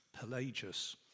Pelagius